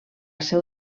seu